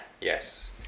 Yes